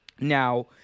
Now